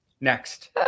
Next